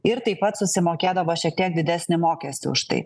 ir taip pat susimokėdavo šiek tiek didesnį mokestį už tai